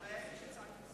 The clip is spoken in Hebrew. החיילים שהעידו אמרו,